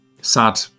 sad